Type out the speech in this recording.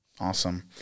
Awesome